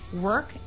work